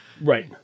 right